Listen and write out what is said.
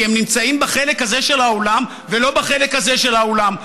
כי הם נמצאים בחלק הזה של האולם ולא בחלק הזה של האולם,